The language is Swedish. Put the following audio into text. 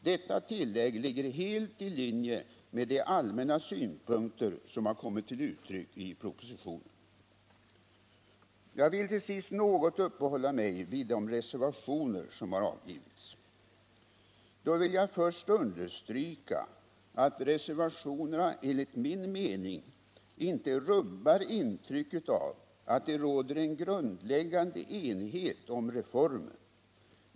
Detta tillägg ligger helt i linje med de allmänna synpunkter som har kommit till uttryck i propositionen. Jag vill till sist något uppehålla mig vid de reservationer som har avgivits. Då vill jag först understryka att reservationerna enligt min mening inte rubbar intrycket av att det råder en grundläggande enighet om reformen.